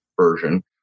version